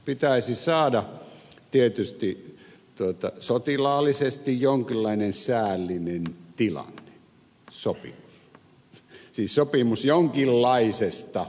pitäisi saada tietysti sotilaallisesti jonkinlainen säällinen tila sopimus siis sopimus jonkinlaisesta yhteiselosta